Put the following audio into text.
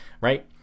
right